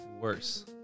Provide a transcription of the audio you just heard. worse